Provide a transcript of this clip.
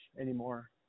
anymore